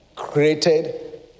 created